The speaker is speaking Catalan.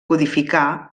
codificar